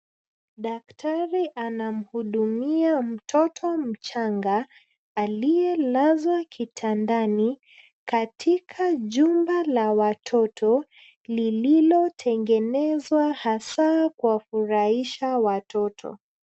Daktari anamhudumia mtoto mchanga aliyelazwa kitandani katika jumba la watoto lililotengenezwa hasa kuwafurahisha watoto.